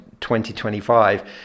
2025